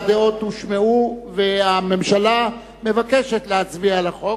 הדעות הושמעו והממשלה מבקשת להצביע על החוק.